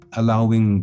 allowing